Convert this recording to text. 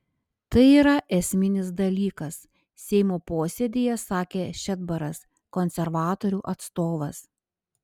tai yra esminis dalykas seimo posėdyje sakė šedbaras konservatorių atstovas